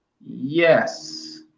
yes